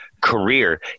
career